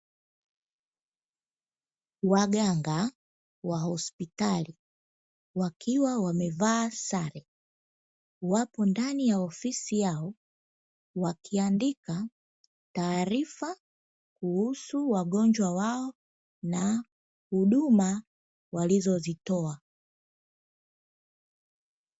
Waganga wa hospitali, wakiwa wamevaa sare, wapo ndani ya ofisi yao wakiandika taarifa kuhusu wagonjwa wao na huduma walizozitoa.